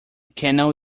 canal